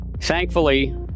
Thankfully